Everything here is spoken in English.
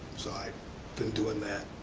so i been doing that.